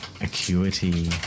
acuity